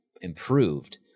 improved